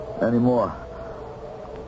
Anymore